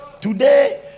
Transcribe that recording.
Today